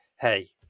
hey